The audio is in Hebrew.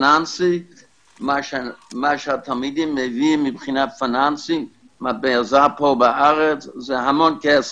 מה שהתלמידים מביאים מבחינה פיננסית לארץ זה המון כסף.